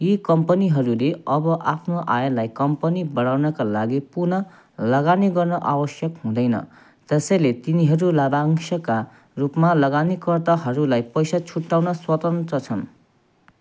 यी कम्पनीहरूले अब आफ्नो आयलाई कम्पनी बढाउनका लागि पुन लगानी गर्न आवश्यक हुँदैन त्यसैले तिनीहरू लाभांशका रूपमा लगानीकर्ताहरूलाई पैसा छुट्ट्याउन स्वतन्त्र छन्